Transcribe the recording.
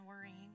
worrying